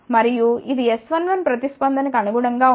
మరియు ఇది S11 ప్రతిస్పందన కు అనుగుణంగా ఉంటుంది